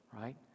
right